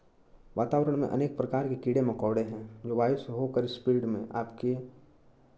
वातावरण में अनेक प्रकार के कीड़े मकौड़े हैं जो वायु से होकर स्पीड में आपके